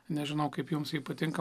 nežinau kaip jums ji patinka